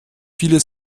viele